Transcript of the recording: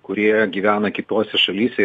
kurie gyvena kitose šalyse